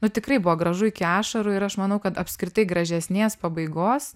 nu tikrai buvo gražu iki ašarų ir aš manau kad apskritai gražesnės pabaigos